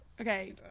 Okay